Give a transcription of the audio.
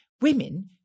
Women